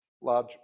large